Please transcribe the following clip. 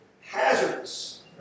hazardous